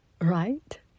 right